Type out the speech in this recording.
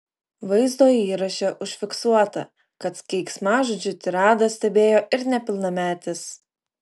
vaizdo įraše užfiksuota kad keiksmažodžių tiradą stebėjo ir nepilnametis